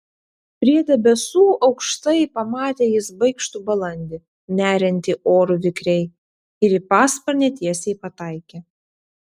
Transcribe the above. prie debesų aukštai pamatė jis baikštų balandį neriantį oru vikriai ir į pasparnę tiesiai pataikė